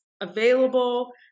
available